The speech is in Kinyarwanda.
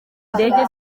ndege